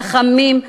חכמים,